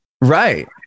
Right